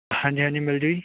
ਹਾਂਜੀ ਹਾਂਜੀ ਮਿਲਜਾਊ ਜੀ